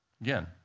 Again